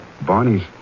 Barney's